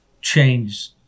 change